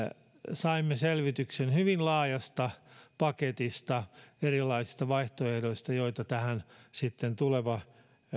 saimme selvityksen hyvin laajasta paketista erilaisista vaihtoehdoista joita tähän sitten